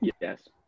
Yes